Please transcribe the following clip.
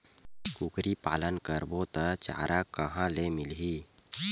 कुकरी पालन करबो त चारा कहां मिलही?